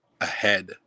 ahead